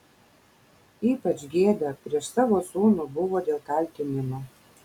ypač gėda prieš savo sūnų buvo dėl kaltinimo